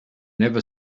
never